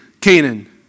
Canaan